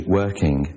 working